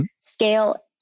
scale